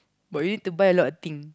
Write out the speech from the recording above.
but you need to buy a lot of thing